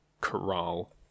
corral